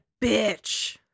bitch